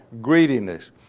greediness